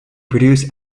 produce